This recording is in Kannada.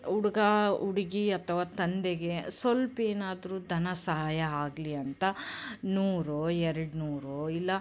ಹುಡ್ಗ ಹುಡ್ಗಿ ಅಥವಾ ತಂದೆಗೆ ಸ್ವಲ್ಪ ಏನಾದರೂ ಧನ ಸಹಾಯ ಆಗ್ಲಿ ಅಂತ ನೂರೋ ಎರಡು ನೂರೋ ಇಲ್ಲ